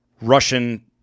Russian